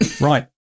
Right